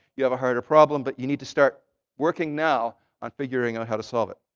you have a harder problem, but you need to start working now on figuring out how to solve it.